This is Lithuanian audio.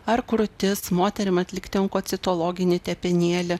ar krūtis moterim atlikti onkocitologinį tepinėlį